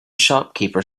shopkeeper